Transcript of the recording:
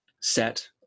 set